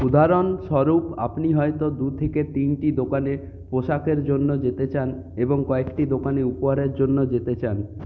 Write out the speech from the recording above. উদাহরণস্বরূপ আপনি হয়তো দু থেকে তিনটি দোকানে পোশাকের জন্য যেতে চান এবং কয়েকটি দোকানে উপহারের জন্য যেতে চান